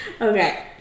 Okay